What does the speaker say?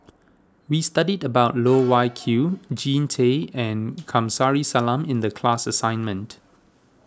we studied about Loh Wai Kiew Jean Tay and Kamsari Salam in the class assignment